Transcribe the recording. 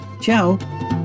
Ciao